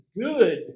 good